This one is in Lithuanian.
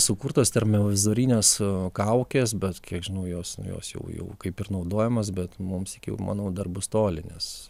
sukurtos termovizorinės kaukės bet kiek žinau jos jos jau kaip ir naudojamos bet mums iki manau dar bus toli nes